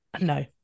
no